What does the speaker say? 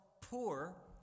poor